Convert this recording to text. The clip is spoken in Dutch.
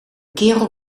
kerel